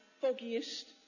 foggiest